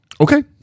Okay